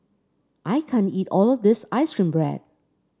I can't eat all of this ice cream bread